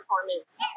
performance